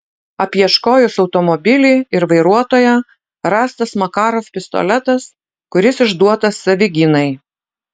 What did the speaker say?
apieškojus automobilį ir vairuotoją rastas makarov pistoletas kuris išduotas savigynai